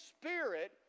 spirit